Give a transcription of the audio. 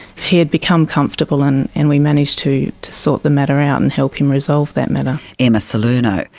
he had become comfortable and and we managed to to sort the matter out and help him resolve that matter. emma salerno,